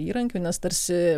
įrankiu nes tarsi